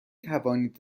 توانید